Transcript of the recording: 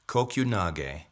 Kokunage